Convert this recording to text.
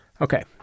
okay